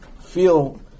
feel